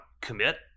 commit